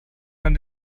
man